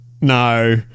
No